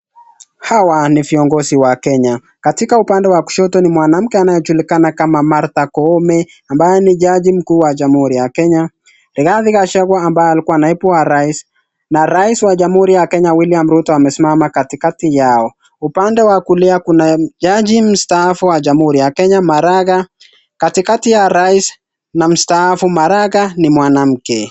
Hawa ni viongozi wa Kenya. Katika upande wa kushoto ni mwanamke anayejulikana kama Martha Koome, ambaye ni jaji mkuu wa jamhuri ya Kenya. Rigathi Gachagua ambaye alikuwa naibu wa Rais, na Rais wa jamhuri ya Kenya William Ruto amesimama katikati yao. Upande wa kulia kuna jaji mstaafu wa jamhuri ya Kenya Maraga, katikati ya Rais na mstaafu Maraga ni mwanamke.